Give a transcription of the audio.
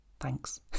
Thanks